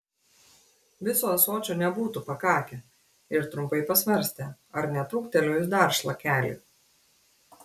viso ąsočio nebūtų pakakę ir trumpai pasvarstė ar netrūktelėjus dar šlakelį